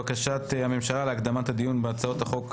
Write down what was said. יש לנו את בקשת הממשלה להקדמת הדיון בהצעות החוק הבאות,